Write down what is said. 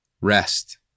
rest